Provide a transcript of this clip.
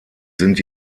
sind